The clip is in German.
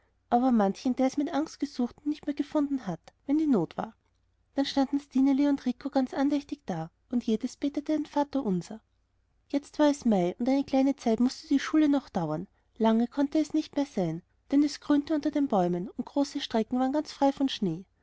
aber manchen der es mit angst gesucht und nicht mehr gefunden hat wenn die not da war dann standen stineli und rico ganz andächtig da und jedes betete ein vaterunser jetzt war es mai und eine kleine zeit mußte die schule noch dauern lange konnte es nicht mehr sein denn es grünte unter den bäumen und große strecken waren ganz frei von schnee